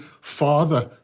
Father